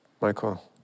Michael